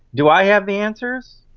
do i have the answers?